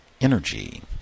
energy